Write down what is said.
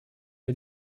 wir